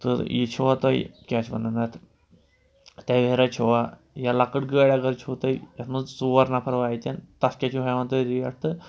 تہٕ یہِ چھُوا تۄہہِ کیٛاہ چھِ وَنان اَتھ تویرا چھُوا یا لۄکٕٹ گٲڑۍ اگر چھُو تۄہہِ یَتھ منٛز ژور نَفَر واتن تَتھ کیٛاہ چھُو ہٮ۪وان تُہۍ ریٹ تہٕ